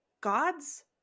God's